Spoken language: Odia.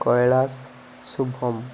କୈଳାସ ଶୁଭମ